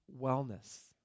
wellness